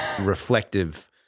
reflective